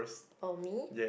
oh me